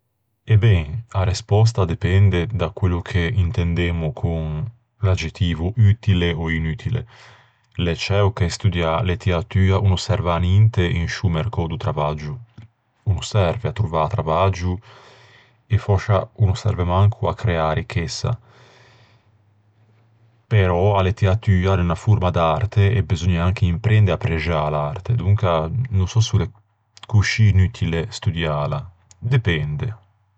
E ben, a respòsta a depende da quello che intendemmo con l'aggettivo "utile" ò "inutile". L'é ciæo che studiâ lettiatua o no serve à ninte in sciô mercou do travaggio. No serve à creâ travaggio e fòscia o no serve manco à creâ ricchessa. Però a lettiatua a l'é unna forma d'arte e beseugna anche imprende à apprexâ l'arte, donca no sò s'o l'é coscì inutile studiâla. Depende.